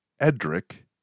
Edric